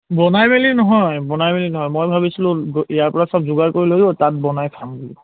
বনাই মেলি নহয় বনাই মেলি নহয় মই ভাবিছিলোঁ ইয়াৰ পৰা সব যোগাৰ কৰি লৈ গৈ তাত বনাই খাম বুলি